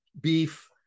beef